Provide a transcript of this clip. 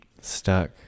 stuck